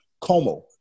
como